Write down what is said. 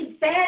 bad